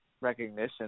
recognition